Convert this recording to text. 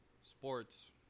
Sports